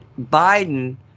Biden